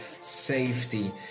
safety